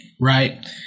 right